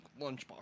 lunchbox